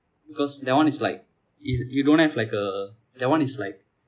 because that [one] is like if you don't have like a that [one] is like